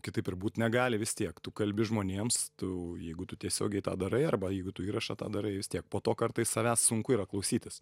kitaip ir būt negali vis tiek tu kalbi žmonėms tu jeigu tu tiesiogiai tą darai arba jeigu tu įrašą tą darai vis tiek po to kartais savęs sunku yra klausytis